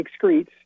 excretes